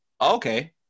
okay